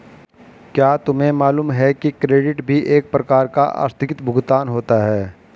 क्या तुम्हें मालूम है कि क्रेडिट भी एक प्रकार का आस्थगित भुगतान होता है?